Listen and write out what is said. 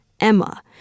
Emma